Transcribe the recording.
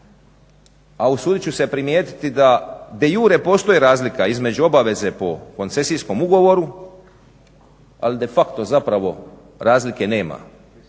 a usudit ću se primijetiti da de iure postoji razlika između obaveze po koncesijskom ugovoru ali de facto zapravo razlike nema.